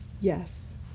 Yes